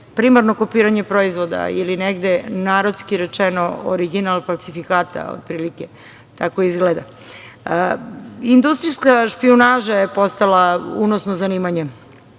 primarno kopiranje proizvoda ili negde narodski rečeno, original falsifikata, otprilike tako izgleda. Industrijska špijunaža je postala unosno zanimanje.